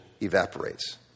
evaporates